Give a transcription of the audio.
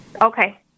Okay